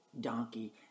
donkey